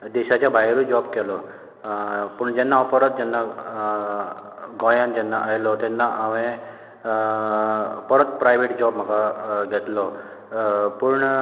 देशाच्या भायरूय जॉब केलो पूण जेन्ना हांव परत जेन्ना गोंयान जेन्ना आयलो तेन्ना हांवें परत प्रायवेट जॉब म्हाका घेतलो पूण